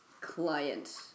client